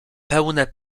pełne